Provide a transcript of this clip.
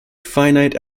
finite